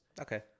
Okay